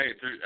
Hey